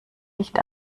nicht